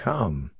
Come